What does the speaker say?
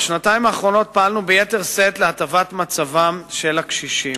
בשנתיים האחרונות פעלנו ביתר שאת להטבת מצבם של הקשישים: